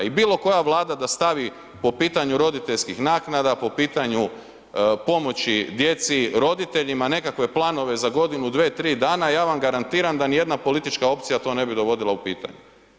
I bilo koja vlada da stavi po pitanju roditeljskih naknada, po pitanju pomoći djeci, roditeljima nekakve planove za godinu, dvije, tri dana ja vam garantiram da ni jedna politička opcija to ne bi dovodila u pitanje.